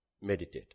meditate